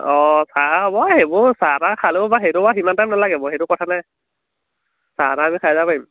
অঁ চাহ হ'বই সেইবোৰ চাহ তাহ খালেও বাৰু সেইটো বাৰু সিমান টাইম নালাগে বাৰু সেইটো কথা নাই চাহ তাহ আমি খাই যাব পাৰিম